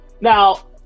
Now